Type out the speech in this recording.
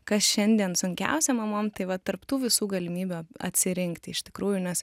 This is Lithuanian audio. kas šiandien sunkiausia mamom tai va tarp tų visų galimybių atsirinkti iš tikrųjų nes